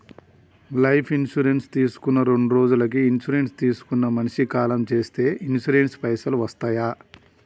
Life insurance తీసుకున్న రెండ్రోజులకి insurance తీసుకున్న మనిషి కాలం చేస్తే ఇన్సూరెన్స్ పైసల్ వస్తయా?